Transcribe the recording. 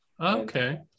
Okay